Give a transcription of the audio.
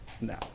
No